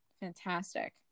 fantastic